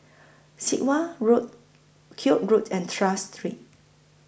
Sit Wah Road Koek Road and Tras Street